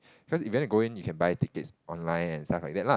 cause if you want to go in you can buy tickets online and stuff like that ah